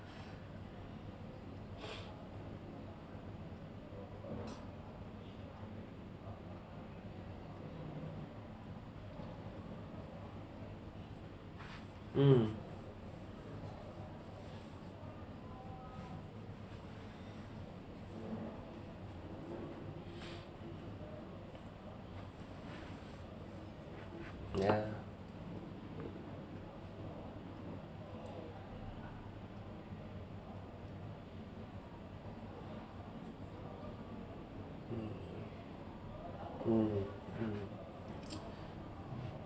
mm yeah mm hmm mm